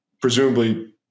presumably